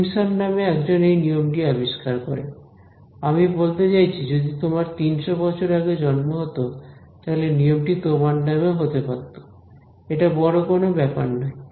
Simpson নামে একজন এই নিয়মটি আবিষ্কার করেন আমি বলতে চাইছি যদি তোমার 300 বছর আগে জন্ম হতো তাহলে নিয়মটি তোমার নামেও হতে পারত এটা বড় কোন ব্যাপার নয়